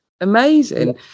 amazing